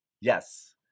Yes